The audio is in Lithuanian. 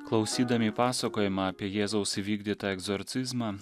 klausydami pasakojimą apie jėzaus įvykdytą egzorcizmą